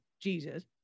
Jesus